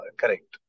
correct